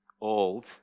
old